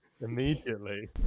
immediately